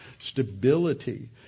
stability